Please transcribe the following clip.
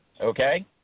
okay